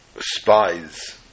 spies